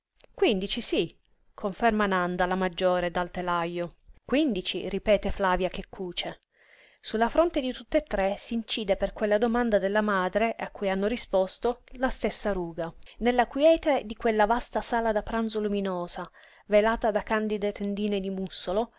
quindici sí conferma nanda la maggiore dal telajo quindici ripete flavia che cuce su la fronte di tutt'e tre s'incide per quella domanda della madre a cui hanno risposto la stessa ruga nella quiete della vasta sala da pranzo luminosa velata da candide tendine di mussolo